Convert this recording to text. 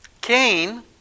Cain